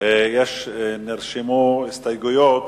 נרשמו הסתייגויות,